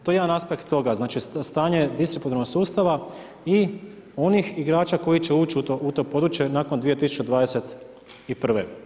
To je jedan aspekt toga, znači stanje distributivnog sustava i onih igrača koji će ući u to područje nakon 2021.